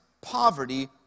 poverty